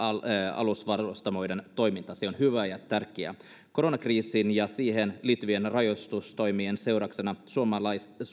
alusvarustamoiden toiminta se on hyvä ja tärkeä koronakriisin ja siihen liittyvien rajoitustoimien seurauksena suomalaisten